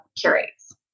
curates